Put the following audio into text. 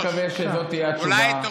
אני מקווה שזאת תהיה התשובה,